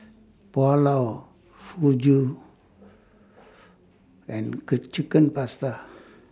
Pulao Fugu and Chicken Pasta